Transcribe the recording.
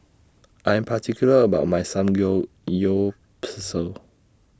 I Am particular about My Samgeyopsal